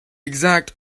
exact